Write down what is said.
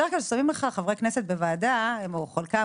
בדרך כלל כששמים חברי כנסת בוועדה או חלקם